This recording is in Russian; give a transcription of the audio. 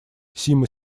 сима